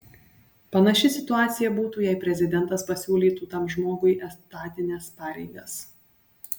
panaši situacija būtų jei prezidentas pasiūlytų tam žmogui etatines pareigas